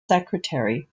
secretary